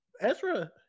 Ezra